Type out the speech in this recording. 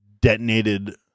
detonated